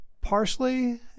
parsley